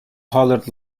hollered